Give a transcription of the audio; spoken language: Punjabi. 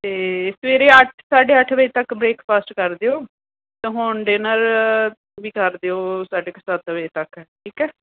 ਅਤੇ ਸਵੇਰੇ ਅੱਠ ਸਾਢੇ ਅੱਠ ਵਜੇ ਤੱਕ ਬ੍ਰੇਕਫਾਸਟ ਕਰ ਦਿਓ ਅਤੇ ਹੁਣ ਡਿਨਰ ਵੀ ਕਰ ਦਿਓ ਸਾਢੇ ਕੁ ਸੱਤ ਵਜੇ ਤੱਕ ਠੀਕ ਹੈ